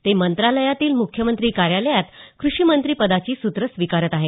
ते मंत्रालयातील मुख्यमंत्री कार्यालयात मुख्यमंत्रीपदाची सुत्रं स्वीकारत आहेत